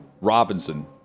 Robinson